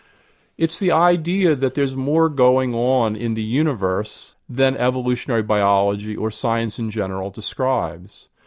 it's the idea that there's more going on in the universe than evolutionary biology or science in general describes.